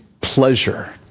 pleasure